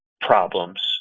problems